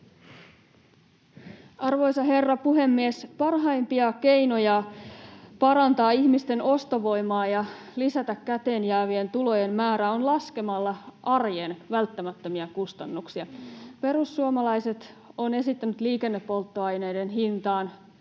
Arvoisa herra puhemies! Parhaimpia keinoja parantaa ihmisten ostovoimaa ja lisätä käteenjäävien tulojen määrää on laskea arjen välttämättömiä kustannuksia. Perussuomalaiset ovat esittäneet liikennepolttoaineiden hintaan